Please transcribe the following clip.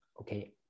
Okay